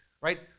right